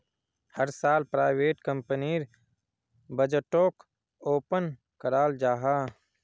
हर साल प्राइवेट कंपनीर बजटोक ओपन कराल जाहा